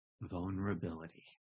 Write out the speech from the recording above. Vulnerability